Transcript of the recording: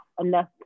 enough